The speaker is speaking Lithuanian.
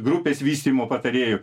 grupės vystymo patarėjų